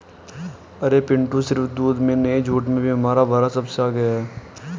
अरे पिंटू सिर्फ दूध में नहीं जूट में भी हमारा भारत सबसे आगे हैं